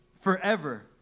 forever